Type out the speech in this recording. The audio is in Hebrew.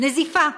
נזיפה.